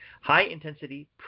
High-intensity